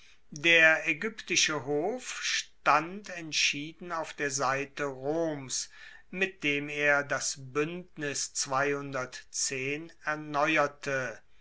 der aegyptische hof stand entschieden auf der seite roms mit dem er das buendnis erneuerte